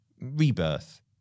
Rebirth